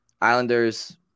Islanders